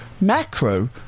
macro